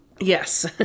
yes